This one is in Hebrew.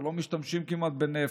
כבר לא משתמשים כמעט בנפט,